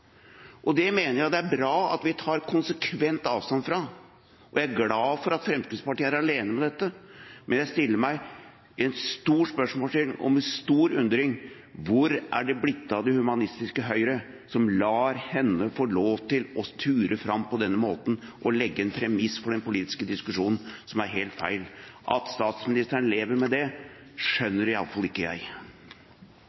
og det mener jeg er bra at vi tar konsekvent avstand fra. Jeg er glad for at Fremskrittspartiet er alene om dette, men jeg setter et stort spørsmålstegn, med stor undring: Hvor er det blitt av det humanistiske Høyre, som lar henne få lov til å ture fram på denne måten og legge en premiss for den politiske diskusjonen som er helt feil? At statsministeren lever med det,